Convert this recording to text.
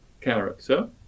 character